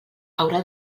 haurà